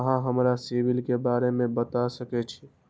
अहाँ हमरा सिबिल के बारे में बता सके छी?